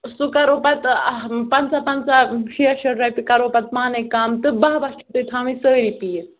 سُہ کرو پَتہٕ پَنژاہ پَنژاہ شیٹھ شیٹھ رۄپیہِ کرو پَتہٕ پانَے کَم تہٕ باہ باہ چھِ تھاوٕنۍ پَتہٕ سٲری پیٖس